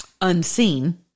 unseen